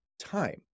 time